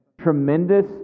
tremendous